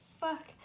fuck